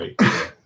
right